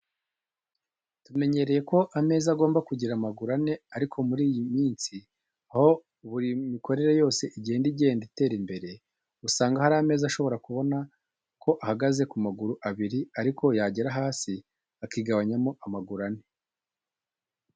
Tumenyereye ko ameza agomba kugira amaguru ane ariko muri iyi minsi aho buri mikorere yose igenda igenda itera imbere, usanga hari ameza ushobora kubona ko ahagaze ku maguru abiri ariko yagera hasi, akigabanyamo amaguru ane.